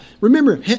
Remember